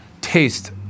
taste